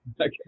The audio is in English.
Okay